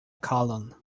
colon